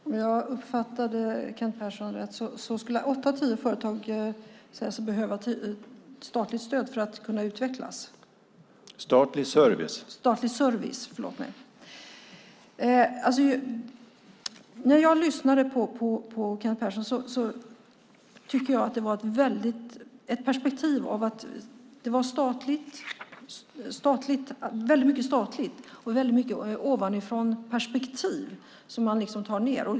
Herr talman! Om jag uppfattade Kent Persson rätt skulle åtta av tio företag säga sig behöva statligt stöd för att kunna utvecklas. : Statlig service.) Förlåt mig - statlig service. När jag lyssnade på Kent Persson tyckte jag att det var väldigt mycket statligt och mycket ett ovanifrånperspektiv.